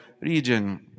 region